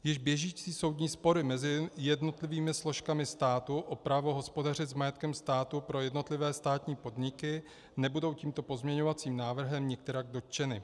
Již běžící soudní spory mezi jednotlivými složkami státu o právo hospodařit s majetkem státu pro jednotlivé státní podniky nebudou tímto pozměňovacím návrhem nikterak dotčeny.